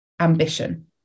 ambition